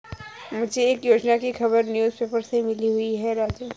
मुझे एक योजना की खबर न्यूज़ पेपर से हुई है राजू